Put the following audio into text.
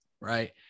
Right